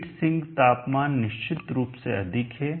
heat sink तापमान निश्चित रूप से अधिक है